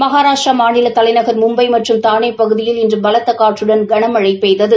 மகாராஷ்டிரா மாநிலம் தலைநகர் மும்பை மற்றும் தானே பகுதியில் இன்று பலத்த காற்றுடன் கனமழை பெய்தது